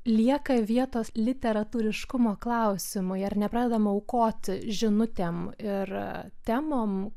lieka vietos literatūriškumo klausimui ar nepradedama aukoti žinutėm ir temom